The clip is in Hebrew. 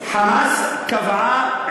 לא, אבל ה"חמאס" לא.